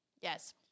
Yes